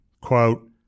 quote